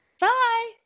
Bye